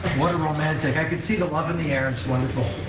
what a romantic, i can see the love in the air, it's wonderful.